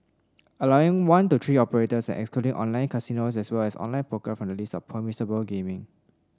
allowing one to three operators and excluding online casinos as well as online poker from the list of permissible gaming